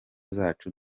zacu